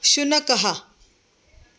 शुनकः